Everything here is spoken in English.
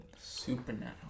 Supernatural